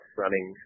running